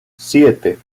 siete